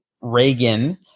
Reagan